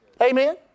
Amen